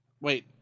Wait